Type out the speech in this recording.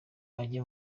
ajye